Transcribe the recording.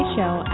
Show